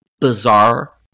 bizarre